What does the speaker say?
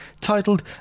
titled